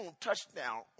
touchdown